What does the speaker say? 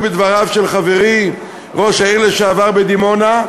בדבריו של חברי ראש העיר לשעבר בדימונה.